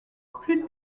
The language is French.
plus